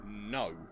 no